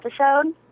episode